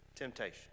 Temptation